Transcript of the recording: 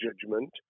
judgment